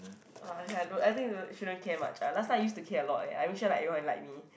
my I have look I think to shouldn't care much I last time used to care a lot eh I make sure like everyone like me